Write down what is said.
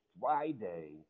Friday